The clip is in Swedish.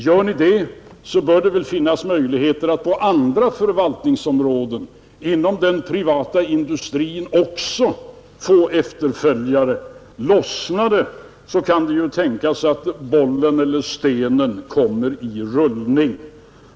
Gör ni det, så bör det finnas möjligheter att på andra förvaltningsområden inom den privata industrin också få efterföljare. Lossnar det kan det ju tänkas att bollen eller stenen kommer i rullning.